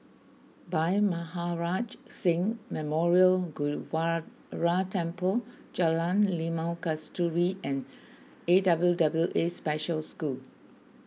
Bhai Maharaj Singh Memorial Gurdwara Temple Jalan Limau Kasturi and A W W A Special School